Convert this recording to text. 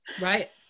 Right